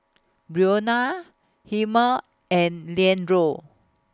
Brionna Hilmer and Leandro